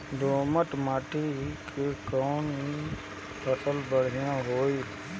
दोमट माटी में कौन फसल बढ़ीया होई?